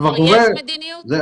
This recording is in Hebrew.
יש מדיניות?